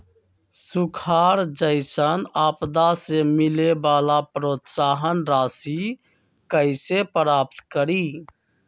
सुखार जैसन आपदा से मिले वाला प्रोत्साहन राशि कईसे प्राप्त करी?